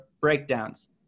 breakdowns